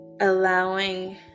allowing